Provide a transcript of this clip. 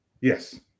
Yes